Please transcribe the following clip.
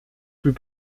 plus